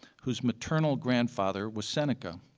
whose maternal grandfather was seneca.